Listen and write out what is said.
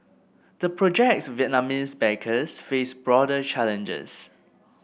the project's Vietnamese backers face broader challenges